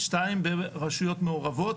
שתיים ברשויות מעורבות,